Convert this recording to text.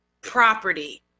Property